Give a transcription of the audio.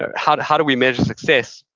ah how how do we measure success?